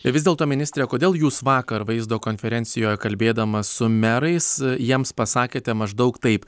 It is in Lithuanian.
vis dėlto ministre kodėl jūs vakar vaizdo konferencijoje kalbėdamas su merais jiems pasakėte maždaug taip